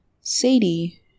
Sadie